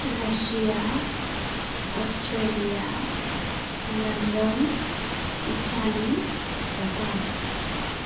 Russia Australia London Italy Japan